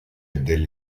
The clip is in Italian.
del